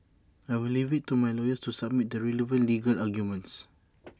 I will leave IT to my lawyers to submit the relevant legal arguments